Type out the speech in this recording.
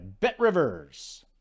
BetRivers